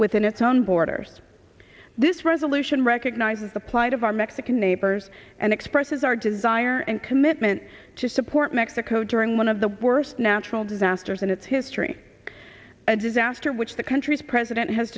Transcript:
within its own borders this resolution recognizes the plight of our mexican neighbors and expresses our desire and commitment to support mexico during one of the worst natural disasters in its history a disaster which the country's president has